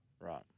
Right